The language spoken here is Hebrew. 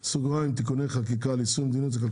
הנושא על סדר-היום: פרק כ"ה (שונות) למעט סעיפים 96(2)